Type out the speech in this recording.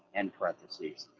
end parentheses.